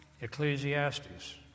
Ecclesiastes